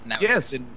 yes